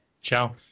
Ciao